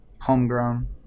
homegrown